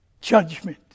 judgment